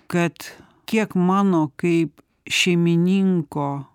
kad kiek mano kaip šeimininko